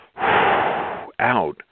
out